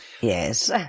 Yes